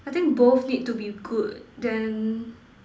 I think both need to be good then